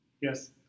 Yes